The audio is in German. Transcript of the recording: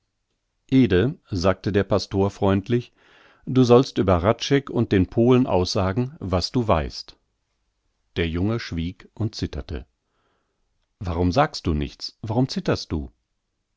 sagte der pastor freundlich du sollst über hradscheck und den polen aussagen was du weißt der junge schwieg und zitterte warum sagst du nichts warum zitterst du